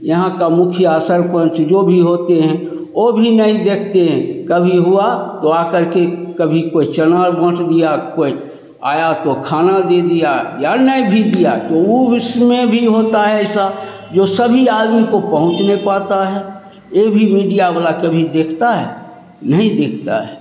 यहाँ का मुखिया सरपंच जो भी होते हैं वह भी नहीं देखते हैं कभी हुआ तो आकर के कभी कोई चना बाँट दिया कोई आया तो खाना दे दिया या नहीं भी दिया तो वह इसमें भी होता है ऐसा जो सभी आदमी को पहुँच नहीं पाता है यह भी मीडिया वाले कभी देखते हैं नहीं देखते हैं